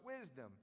wisdom